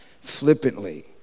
flippantly